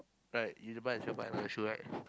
right you might as well buy another shoe right